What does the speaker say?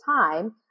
time